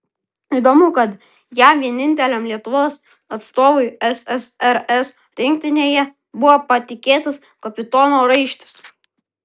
įdomu kad jam vieninteliam lietuvos atstovui ssrs rinktinėje buvo patikėtas kapitono raištis